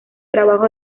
trabajo